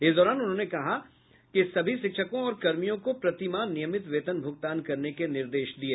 इस दौरान उन्होंने कि सभी शिक्षकों और कर्मियों को प्रति माह नियमित वेतन भुगतान करने के निर्देश दिये